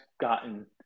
gotten